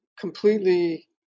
completely